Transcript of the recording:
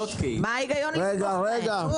מה ההיגיון לתמוך בהן?